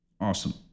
Awesome